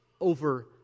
over